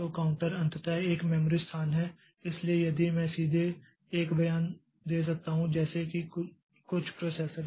तो काउंटर अंततः एक मेमोरी स्थान है इसलिए यदि मैं सीधे एक बयान दे सकता हूं जैसे कि कुछ प्रोसेसर